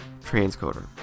transcoder